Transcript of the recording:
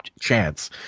chance